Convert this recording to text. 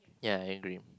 ya I agree